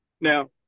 Now